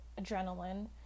adrenaline